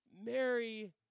Mary